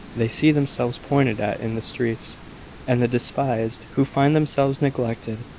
they see themselves pointed at in the streets and the despised, who find themselves neglected,